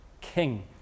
king